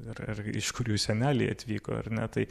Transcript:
ir ir iš kur jų seneliai atvyko ar ne tai